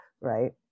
right